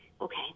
okay